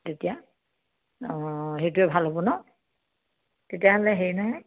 তেতিয়া অঁ সেইটোৱে ভাল হ'ব ন তেতিয়াহ'লে হেৰি নহয়